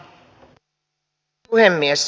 arvoisa puhemies